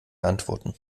antworten